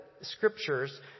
scriptures